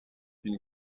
une